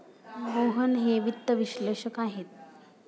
मोहन हे वित्त विश्लेषक आहेत